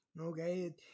okay